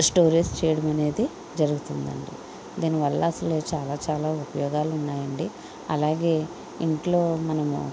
storage చేయడమనేది జరుగుతుందండి దీని వల్ల అసలు చాలా చాలా ఉపయోగాలు ఉన్నాయండి అలాగే ఇంట్లో మనము